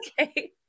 Okay